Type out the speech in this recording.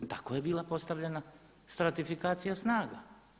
Tako je bila postavljena stratifikacija snaga.